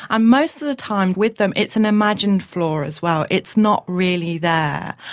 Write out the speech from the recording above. um most of the time with them it's an imagined flaw as well, it's not really there,